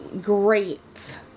great